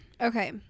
Okay